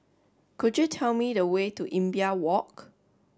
could you tell me the way to Imbiah Walk